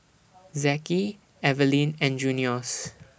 Zeke Eveline and Junious